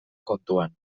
kontuan